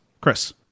Chris